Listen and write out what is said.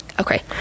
Okay